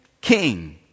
king